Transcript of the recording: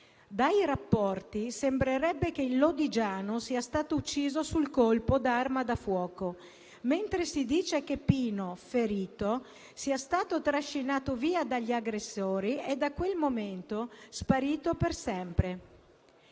Dai rapporti sembrerebbe che il lodigiano sia stato ucciso sul colpo da arma da fuoco, mentre si dice che Pino, ferito, sia stato trascinato via dagli aggressori e da quel momento è sparito per sempre.